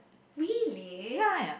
really